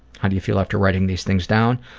how do you feel after writing these things down?